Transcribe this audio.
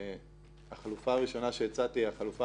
"משה פרל"